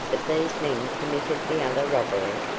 that these men committed the other robbery?